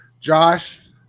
Josh